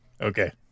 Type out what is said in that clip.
Okay